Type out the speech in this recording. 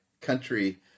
country